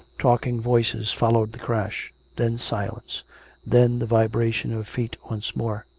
talking voices followed the crash then silence then the vibration of feet once more.